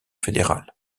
fédéral